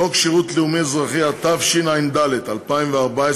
חוק שירות לאומי אזרחי, התשע"ד 2014,